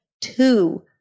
two